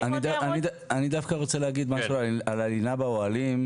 אני דווקא רוצה להגיד משהו על הלינה באוהלים,